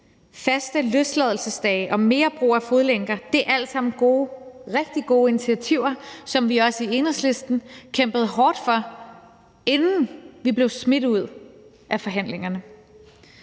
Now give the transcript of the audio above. faste løsladelsesdage og mere brug af fodlænker er alle sammen rigtig gode initiativer, som vi også i Enhedslisten kæmpede hårdt for, inden vi blev smidt ud af forhandlingerne.